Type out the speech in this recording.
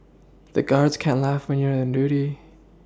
the guards can't laugh when you are on duty